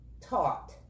taught